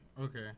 Okay